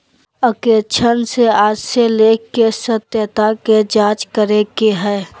अंकेक्षण से आशय लेख के सत्यता के जांच करे के हइ